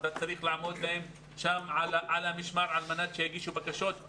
אתה צריך לעמוד על המשמר על מנת שהן יגישו בקשות.